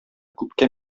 күпкә